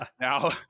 Now